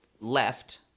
left